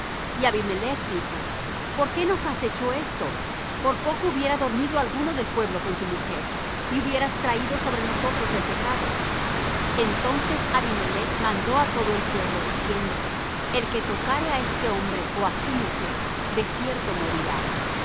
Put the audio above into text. y abimelech dijo por qué nos has hecho esto por poco hubiera dormido alguno del pueblo con tu mujer y hubieras traído sobre nosotros el pecado entonces abimelech mandó á todo el pueblo diciendo el que tocare á este hombre ó á su mujer de cierto morirá